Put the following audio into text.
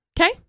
Okay